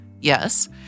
Yes